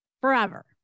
forever